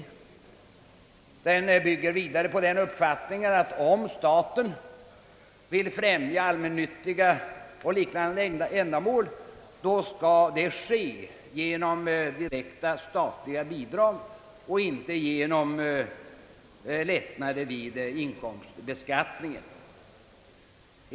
Vidare har riksdagen haft den uppfattningen att om staten vill främja allmännyttiga eller liknande ändamål skall detta ske genom direkta statliga bidrag och inte genom lättnader vid inkomstbeskattningen.